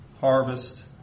harvest